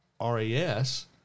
RAS –